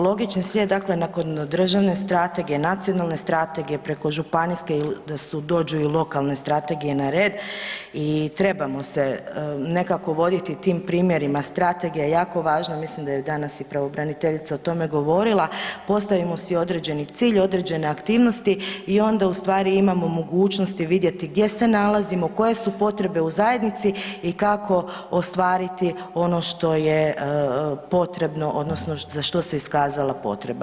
Logični … [[Govornik se ne razumije]] , dakle nakon državne strategije, nacionalne strategije, preko županijske da su dođu i lokalne strategije na red i trebamo se nekako voditi tim primjerima, strategija je jako važno, mislim da je danas i pravobraniteljica o tome govorila, postavimo si određeni cilj, određene aktivnosti i onda ustvari imamo mogućnosti vidjeti gdje se nalazimo, koje su potrebe u zajednici i kako ostvariti ono što je potrebno odnosno za što se iskazala potreba.